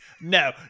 No